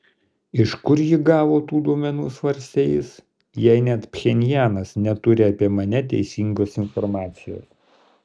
iš kur ji gavo tų duomenų svarstė jis jei net pchenjanas neturi apie mane teisingos informacijos